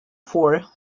for